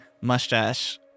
mustache